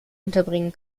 unterbringen